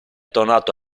tornato